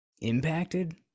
impacted